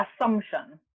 assumption